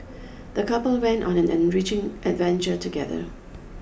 the couple went on an enriching adventure together